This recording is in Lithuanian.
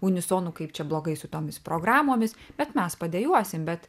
unisonu kaip čia blogai su tomis programomis bet mes padejuosim bet